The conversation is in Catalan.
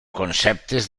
conceptes